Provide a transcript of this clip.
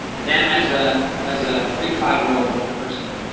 them as ah as a pre five year old person.